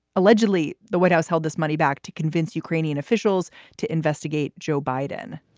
allegedly, the white house held this money back to convince ukrainian officials to investigate joe biden,